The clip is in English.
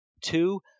Two